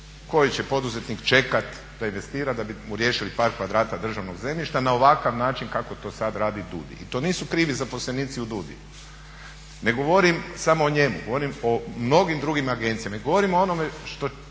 Koji će poduzetnik čekati da investira, da bi mu riješili par kvadrata državnog zemljišta na ovakav način kako to sad radi DUDI. I to nisu krivi zaposlenici u DUDI. Ne govorim samo o njemu, govorim o mnogim drugim agencijama i govorim o onome što